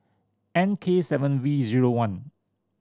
N K seven V zero one